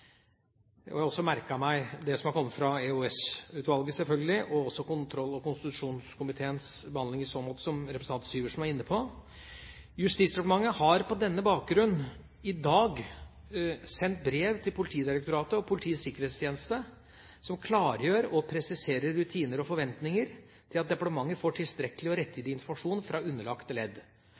Jeg har også merket meg det som har kommet fra EOS-utvalget, selvfølgelig, og også kontroll- og konstitusjonskomiteens behandling i så måte, som representanten Syversen var inne på. Justisdepartementet har på denne bakgrunn i dag sendt brev til Politidirektoratet og Politiets sikkerhetstjeneste som klargjør og presiserer rutiner og forventninger til at departementet får tilstrekkelig og rettidig informasjon fra underlagte ledd.